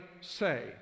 say